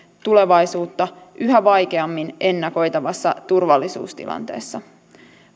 tulevaisuutta yhä vaikeammin ennakoitavassa turvallisuustilanteessa